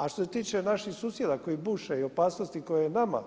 A što se tiče naših susjeda koji buše i opasnosti koje nama